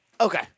Okay